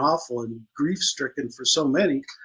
awful, and grief-stricken for so many,